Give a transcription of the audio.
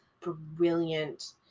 brilliant